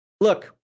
look